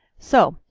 so,